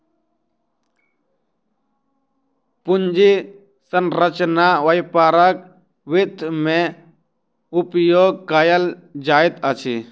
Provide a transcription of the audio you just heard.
पूंजी संरचना व्यापारक वित्त में उपयोग कयल जाइत अछि